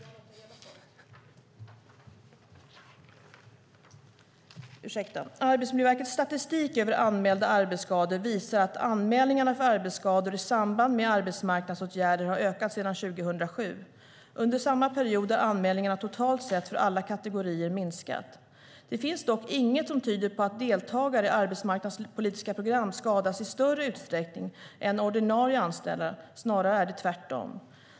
Arbetsmiljöverkets statistik över anmälda arbetsskador visar att anmälningarna för arbetsskador i samband med arbetsmarknadsåtgärder har ökat sedan 2007. Under samma period har anmälningarna totalt sett för alla kategorier minskat. Det finns dock inget som tyder på att deltagare i arbetsmarknadspolitiska program skadas i större utsträckning än ordinarie anställda; snarare är det tvärtom.